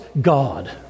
God